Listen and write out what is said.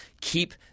keep